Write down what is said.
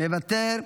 מוותר,